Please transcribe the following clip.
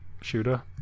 shooter